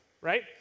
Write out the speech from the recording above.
right